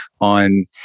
on